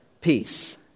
peace